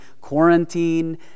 quarantine